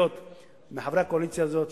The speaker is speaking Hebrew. מחברי הקואליציה הזאת,